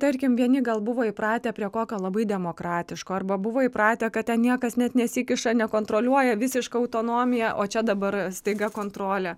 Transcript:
tarkim vieni gal buvo įpratę prie kokio labai demokratiško arba buvo įpratę kad ten niekas net nesikiša nekontroliuoja visiška autonomija o čia dabar staiga kontrolė